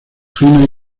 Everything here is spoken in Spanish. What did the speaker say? finas